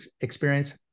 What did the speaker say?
experience